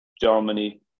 Germany